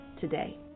today